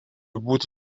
būti